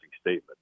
statement